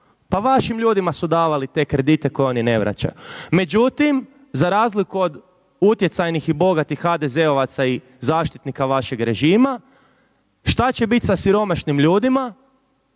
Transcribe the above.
Pa vašim ljudima su davali te kredite koje oni ne vraćaju. Međutim, za razliku od utjecajnih i bogatih HDZ-ovaca i zaštitnika vašeg režima šta će bit sa siromašnim ljudima